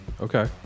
Okay